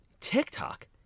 TikTok